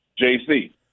JC